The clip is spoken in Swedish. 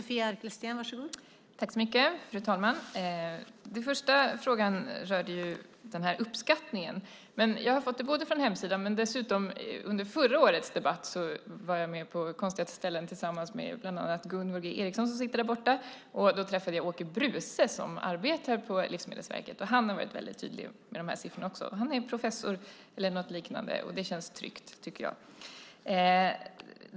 Fru talman! Den första frågan rörde uppskattningen. Jag har fått uppgifterna från hemsidan. Under förra årets debatt var jag dessutom också med på besök till konstiga ställen tillsammans med Gunvor G Ericson som sitter där borta. Där träffade jag professor Åke Bruce som arbetar på Livsmedelsverket. Han har varit väldigt tydlig med de här siffrorna. Han är professor, eller något liknande. Det tycker jag känns tryggt.